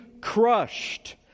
crushed